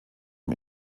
dem